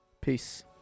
Peace